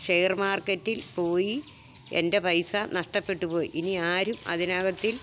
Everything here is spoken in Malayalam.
ഷെയർ മാർക്കറ്റിൽ പോയി എൻ്റെ പൈസ നഷ്ടപ്പെട്ടു പോയി ഇനി ആരും അതിനകത്തിൽ